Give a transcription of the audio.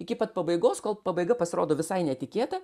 iki pat pabaigos kol pabaiga pasirodo visai netikėta